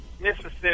Mississippi